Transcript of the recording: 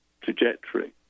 trajectory